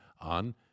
on